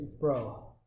Bro